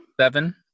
seven